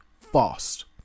fast